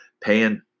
paying